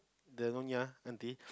the Nyonya auntie